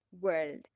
world